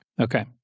Okay